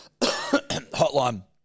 hotline